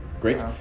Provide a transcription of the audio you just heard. Great